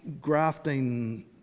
grafting